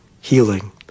healing